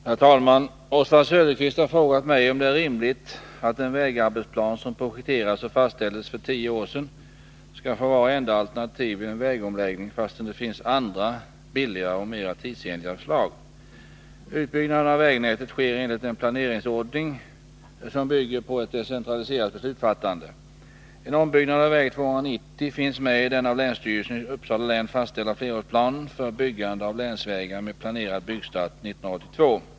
Herr talman! Oswald Söderqvist har frågat mig om det är rimligt att en vägarbetsplan som projekterades och fastställdes för tio år sedan skall få vara enda alternativ vid en vägomläggning fastän det finns andra, billigare och mera tidsenliga förslag? Utbyggnaden av vägnätet sker enligt en planeringsordning som bygger på ett decentraliserat beslutsfattande. En ombyggnad av väg 290 finns med i den av länsstyrelsen i Uppsala län fastställda flerårsplanen för byggande av länsvägar med planerad byggstart år 1982.